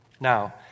Now